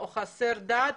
או 'חסר דת',